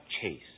chase